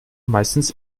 meistens